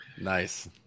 nice